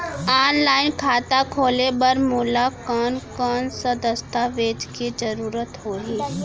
Online खाता खोले बर मोला कोन कोन स दस्तावेज के जरूरत होही?